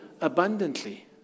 abundantly